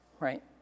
right